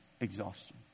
exhaustion